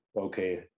okay